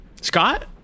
scott